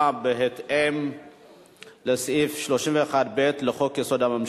בהתאם לסעיף 31(ב) לחוק-יסוד: הממשלה,